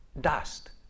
dust